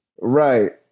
right